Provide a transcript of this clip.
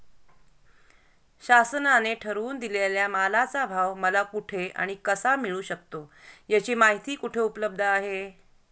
शासनाने ठरवून दिलेल्या मालाचा भाव मला कुठे आणि कसा मिळू शकतो? याची माहिती कुठे उपलब्ध आहे?